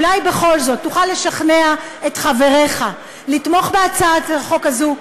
אולי בכל זאת תוכל לשכנע את חבריך לתמוך בהצעת החוק הזאת.